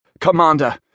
Commander